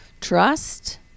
trust